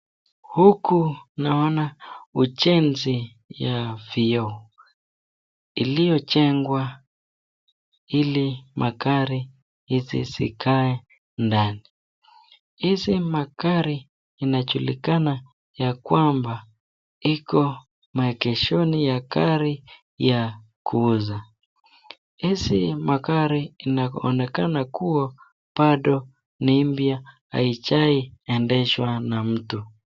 Huku naona ujenzi ya vioo iliyojengwa ili magari hizi zikae ndani. Hizi magari yanajulikana ya kwamba iko maegeshoni ya gari ya kuuza. Hizi magari inaonekana kuwa bado ni mpya haijawai endeshwa na mtu.